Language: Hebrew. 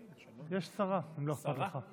יש שרה, אם לא אכפת לך.